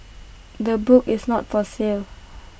the book is not for sale